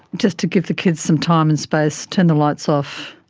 just to give the kids some time and space, turn the lights off,